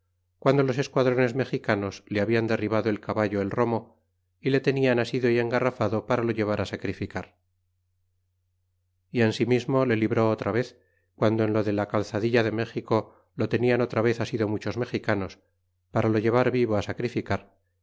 guando los esquadrones mexicanos le hablan derribado del caballo el romo y le teman asido y engarrafado para lo llevar sacrificar é asimismo le libró otra vez guando en lo de la ealzadilla de méxico lo tenian otra vez asido muchos mexicanos para lo llevar vivo sacrificar